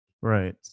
right